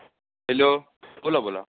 hello बोला बोला